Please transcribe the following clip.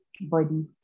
body